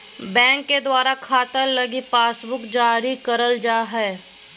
bank के द्वारा खाता लगी पासबुक जारी करल जा हय